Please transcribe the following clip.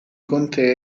contea